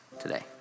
today